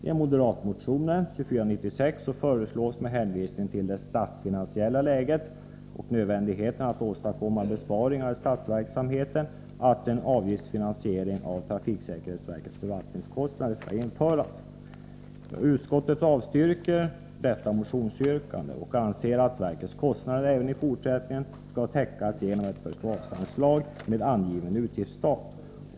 I en moderat motion nr 2496 föreslås, med hänvisning till det statsfinansiella läget och nödvändigheten av att åstadkomma besparingar i statsverksamheten, att en avgiftsfinansiering av trafiksäkerhetsverkets förvaltningskostnader skall införas. Utskottet avstyrker detta motionsyrkande och anser att verkets kostnader även i fortsättningen skall täckas genom ett förslagsanslag med angiven utgiftsstat.